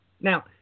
Now